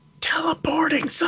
Teleporting